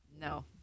No